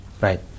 Right